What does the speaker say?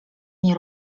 nie